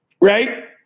right